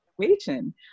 situation